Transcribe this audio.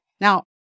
Now